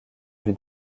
vue